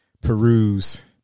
peruse